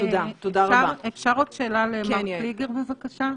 אפשר שאלה למר קליגר, בבקשה?